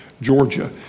Georgia